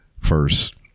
first